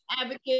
Advocate